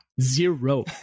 zero